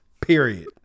period